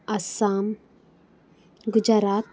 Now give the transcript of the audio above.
Assam Gujarat